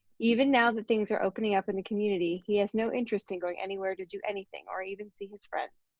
even now that things are opening up in the community he has no interest in going anywhere to do anything or even see his friends.